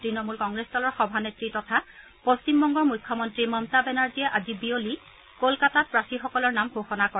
তৃণমূল কংগ্ৰেছ দলৰ সভানেত্ৰী তথা পশ্চিমবংগৰ মুখ্যমন্ত্ৰী মমতা বেনাৰ্জীয়ে আজি বিয়লি কলকাতাত প্ৰাৰ্থীসকলৰ নাম ঘোষণা কৰে